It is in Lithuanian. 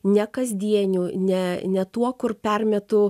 ne kasdieniu ne ne tuo kur permetu